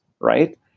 right